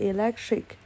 Electric